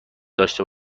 داشته